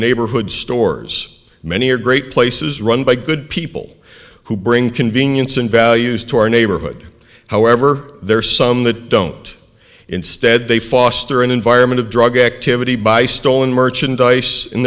neighborhood stores many are great places run by good people who bring convenience and values to our neighborhood however there are some that don't instead they foster an environment of drug activity by stolen merchandise in